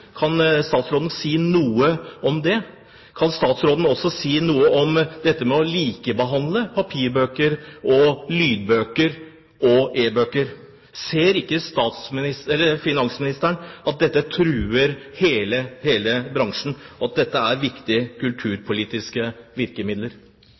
Kan statsråden si noe om det? Kan statsråden også si noe om dette med å likebehandle papirbøker, lydbøker og e-bøker? Ser ikke statsministeren – unnskyld, finansministeren – at dette truer hele bransjen, og at dette er viktige